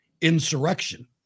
Insurrection